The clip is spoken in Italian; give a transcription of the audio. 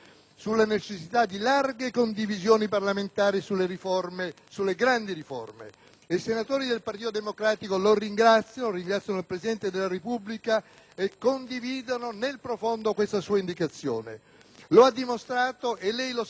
I senatori del Partito Democratico ringraziano il Presidente della Repubblica e condividono nel profondo questa sua indicazione. Lo ha dimostrato - e lei lo sa, Ministro - il grande senso di responsabilità politica con la quale solo pochi giorni fa